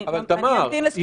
אני אמתין לזכות הדיבור שלי.